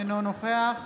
אינו נוכח